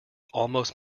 almost